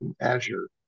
Azure